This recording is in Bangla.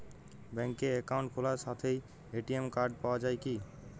ব্যাঙ্কে অ্যাকাউন্ট খোলার সাথেই এ.টি.এম কার্ড পাওয়া যায় কি?